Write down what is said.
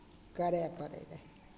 करय पड़ै रहय